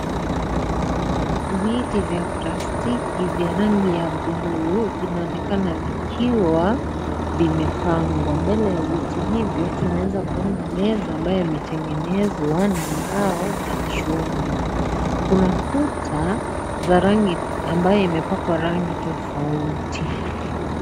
Viti vya plastiki vya rangi ya buluu, vinaonekana vikiwa vimepangwa. Mbele ya viti hivyo, tunaweza kuona meza ambayo imetengenezewa na mbao na chuma. Kuna kuta ambayo imepakwa rangi tofauti.